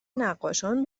نقاشان